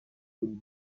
bulbe